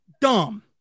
dumb